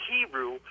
Hebrew